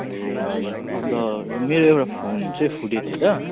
ए हजुर अन्त मेरो एउटा फोन चाहिँ फुटेको थियो त